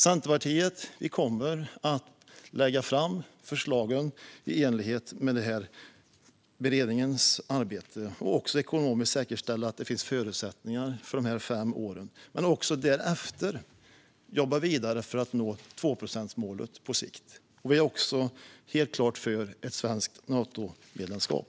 Centerpartiet kommer att lägga fram förslagen i enlighet med beredningens arbete och ekonomiskt säkerställa att det finns förutsättningar för dessa fem år men också därefter jobba vidare för att på sikt nå 2-procentsmålet. Vi är också helt klart för ett svenskt Natomedlemskap.